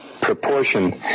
proportion